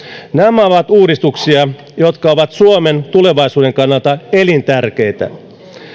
nämä ovat uudistuksia jotka ovat suomen tulevaisuuden kannalta elintärkeitä